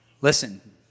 Listen